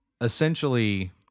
Essentially